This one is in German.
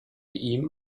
ihm